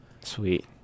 Sweet